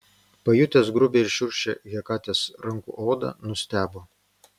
pajutęs grubią ir šiurkščią hekatės rankų odą nustebo